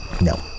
No